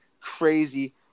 crazy